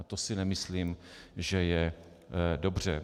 To si nemyslím, že je dobře.